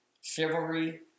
Chivalry